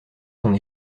son